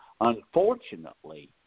unfortunately